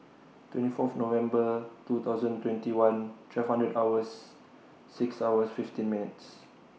twenty Fourth November two thousand twenty one twelve hundred hours six hours fifteen minutes